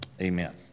Amen